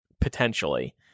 potentially